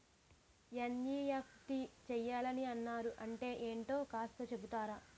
NEFT చేయాలని అన్నారు అంటే ఏంటో కాస్త చెపుతారా?